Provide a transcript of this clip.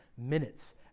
Minutes